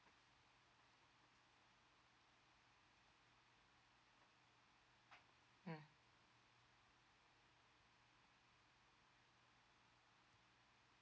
mm